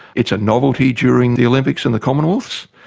it's a novelty during the olympics and the commonwealths,